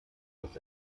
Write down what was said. das